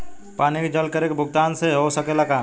पानी के जल कर के भुगतान मोबाइल से हो सकेला का?